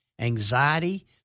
anxiety